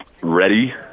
ready